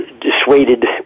dissuaded